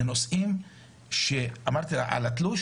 למשל לגבי התלוש